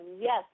yes